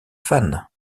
fans